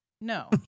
No